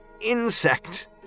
insect